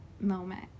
moment